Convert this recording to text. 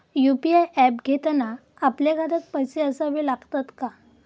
UPI app घेताना आपल्या खात्यात पैसे असावे लागतात का?